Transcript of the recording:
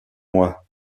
moi